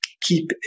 keep